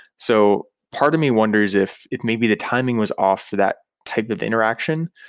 so part of me wonders if if maybe the timing was off for that type of interaction.